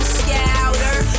scouter